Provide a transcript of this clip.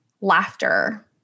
laughter